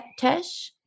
Tesh